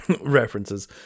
References